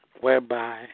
whereby